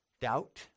Doubt